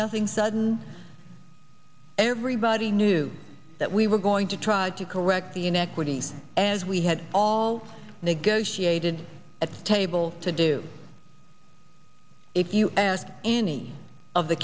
nothing sudden everybody knew that we were going to try to correct the inequities as we had all negotiated a table to do if you asked any of the